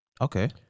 okay